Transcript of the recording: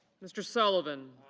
mr. sullivan.